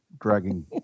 dragging